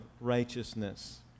righteousness